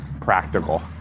practical